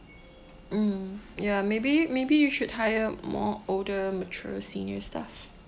mm ya maybe maybe you should hire more older mature senior staff